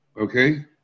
Okay